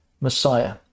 Messiah